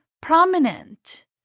prominent